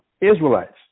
Israelites